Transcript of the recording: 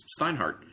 Steinhardt